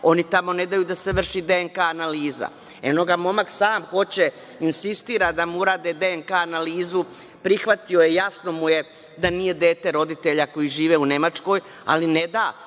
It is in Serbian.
Oni tamo ne daju da se vrši DNK analiza. Momak sam hoće, insistira da mu urade DNK analizu, prihvatio je, jasno mu je da nije dete roditelja koji žive u Nemačkoj, ali ne da,